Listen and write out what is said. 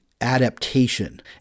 adaptation